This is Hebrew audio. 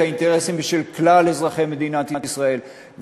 האינטרסים של כלל אזרחי מדינת ישראל.